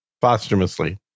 posthumously